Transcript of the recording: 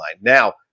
now